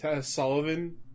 Sullivan